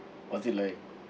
was it like